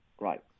Right